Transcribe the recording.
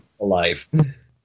alive